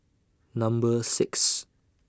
Number six